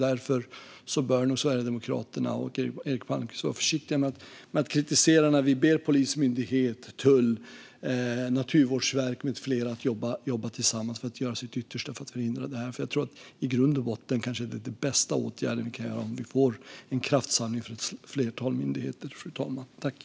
Därför bör nog Sverigedemokraterna och Eric Palmqvist vara försiktiga med att kritisera oss när vi ber polismyndighet, tull, naturvårdsverk med flera att jobba tillsammans för att göra sitt yttersta för att förhindra detta. Jag tror i grund och botten att det kanske är den bästa åtgärd vi kan göra, om vi får en kraftsamling av ett flertal myndigheter, fru talman.